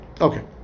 Okay